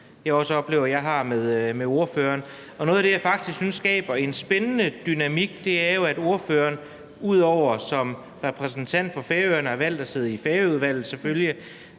som jeg også oplever jeg har med ordføreren. Og noget af det, jeg faktisk synes skaber en spændende dynamik, er jo, at ordføreren, ud over at hun som repræsentant for Færøerne selvfølgelig har valgt at sidde i Færøudvalget,